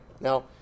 Now